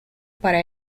para